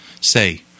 say